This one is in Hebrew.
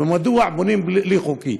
ומדוע בונים לא חוקי.